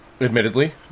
Admittedly